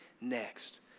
next